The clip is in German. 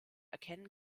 erkennen